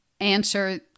answer